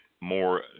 more